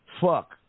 fuck